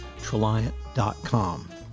treliant.com